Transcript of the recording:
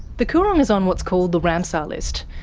the coorong is on what's called the ramsar list,